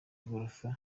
igorofa